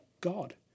God